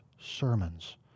sermons